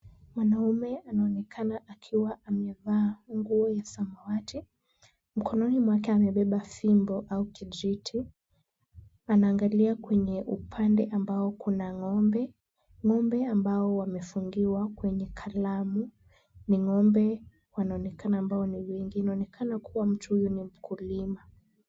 Mwanaume anaonekana akiwa amevaa nguo ya samawati. Mkononi mwake amebeba fimbo au kijiti. Anaangalia Kwenye upande ambao kuna ng'ombe. Ng'ombe ambao wamefungiwa kwenye kalamu ni ng'ombe wanaonekana kuwa ni wengi. Inaonekana kuwa mtu huyu ni mkulima.